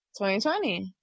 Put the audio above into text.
2020